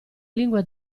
lingua